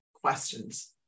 questions